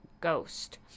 ghost